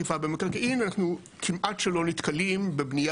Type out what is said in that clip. במקרקעין אנחנו כמעט שלא נתקלים בבנייה